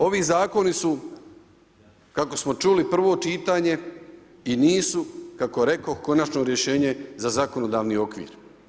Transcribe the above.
Ovi zakoni su kako smo čuli prvo čitanje i nisu kako rekoh, konačno rješenje za zakonodavni okvir.